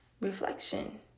reflection